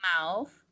mouth